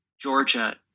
Georgia